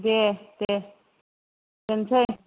दे दे दोनसै